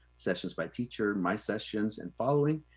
sessions by teacher, my sessions and following.